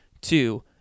Two